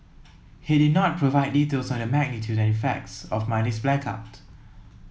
he did not provide details on the magnitude and effects of Monday's blackout